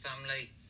family